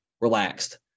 relaxed